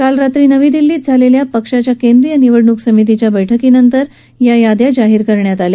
काल रात्री नवी दिल्लीत झालेल्या पक्षाच्या केंद्रीय निवडणूक समितीच्या बैठकी नंतर या याद्या जाहीर करण्यात आल्या